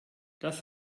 das